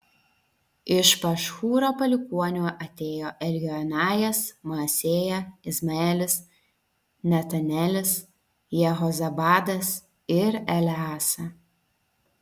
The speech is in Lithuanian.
iš pašhūro palikuonių atėjo eljoenajas maasėja izmaelis netanelis jehozabadas ir eleasa